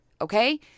okay